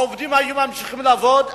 העובדים היו ממשיכים לעבוד,